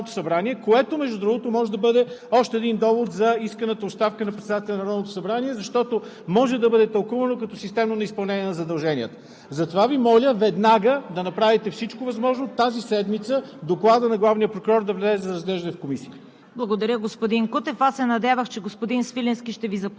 главният прокурор иска това да се случи. Единствената пречка това да се случи в момента е всъщност председателят на Народното събрание, което, между другото, може да бъде още един довод за исканата оставка на председателя на Народното събрание, защото може да бъде тълкувано като системно неизпълнение на задълженията. Затова Ви моля веднага да направите всичко възможно тази седмица докладът на главния прокурор